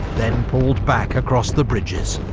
then pulled back across the bridges.